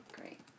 great